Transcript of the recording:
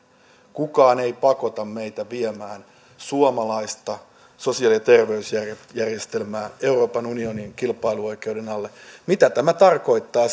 kukaan ei pakota meitä viemään suomalaista sosiaali ja terveysjärjestelmää euroopan unionin kilpailuoikeuden alle mitä tämä tarkoittaa